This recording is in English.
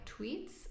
Tweets